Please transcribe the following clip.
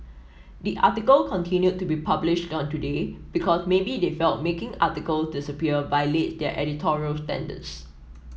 the article continued to be published on today because maybe they felt making articles disappear violates their editorial standards